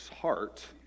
heart